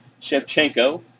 Shevchenko